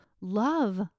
love